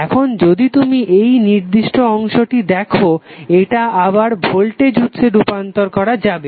এখন যদি তুমি এই নির্দিষ্ট অংশটি দেখো এটা আবার ভোল্টেজ উৎসে রূপান্তর করা যাবে